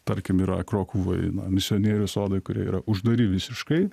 tarkim yra krokuvoj na misionierių sodai kurie yra uždari visiškai